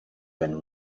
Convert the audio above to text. been